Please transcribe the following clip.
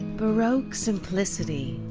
baroque simplicity.